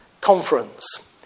conference